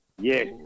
Yes